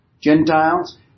Gentiles